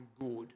good